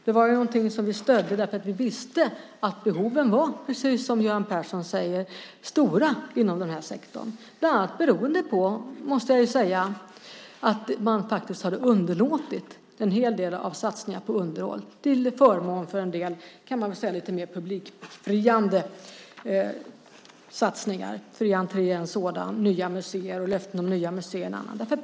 Det var något som vi stödde därför att vi visste att behoven, precis som Göran Persson säger, var stora inom den här sektorn, bland annat beroende på att man faktiskt hade underlåtit en hel del satsningar på underhåll till förmån för en del lite mer publikfriande satsningar - fria entréer är en sådan, nya museer och löften om nya museer är andra.